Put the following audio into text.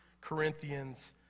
Corinthians